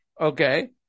Okay